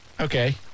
Okay